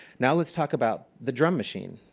now let's talk about the drumm machine.